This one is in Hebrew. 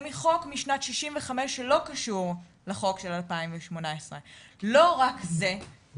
זה חוק משנת 1965 שלא קשור לחוק של 2018. לא רק זה אלא